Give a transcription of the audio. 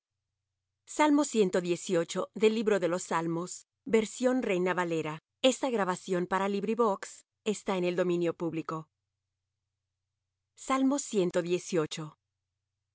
el templo de su santidad la silla de jehová está en el